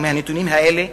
או מהנתונים האלה,